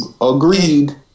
Agreed